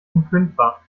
unkündbar